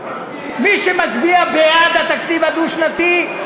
מי שמצביע בעד התקציב הדו-שנתי,